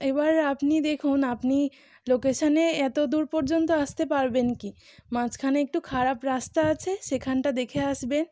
এবার আপনি দেখুন আপনি লোকেশানে এতো দূর পর্যন্ত আসতে পারবেন কি মাঝখানে একটু খারাপ রাস্তা আছে সেখানটা দেখে আসবে